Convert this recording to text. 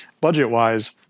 budget-wise